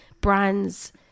brands